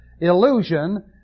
illusion